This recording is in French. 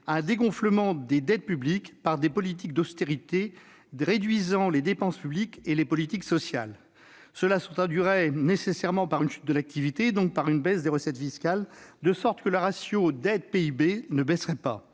un dégonflement des dettes publiques par des politiques d'austérité réduisant les dépenses publiques et les politiques sociales. Cela se traduirait nécessairement par une chute de l'activité, donc une baisse des recettes fiscales ; par conséquent, le ratio de la dette par